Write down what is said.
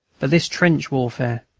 but this trench warfare,